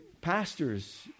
pastors